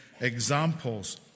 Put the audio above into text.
examples